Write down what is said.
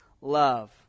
love